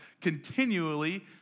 continually